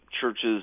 churches